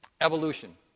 Evolution